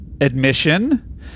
Admission